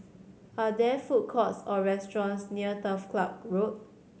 are there food courts or restaurants near Turf Ciub Road